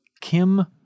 Kim